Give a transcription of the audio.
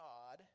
God